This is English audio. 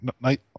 night